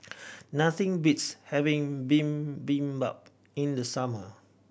nothing beats having Bibimbap in the summer